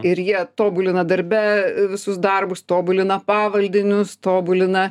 ir jie tobulina darbe visus darbus tobulina pavaldinius tobulina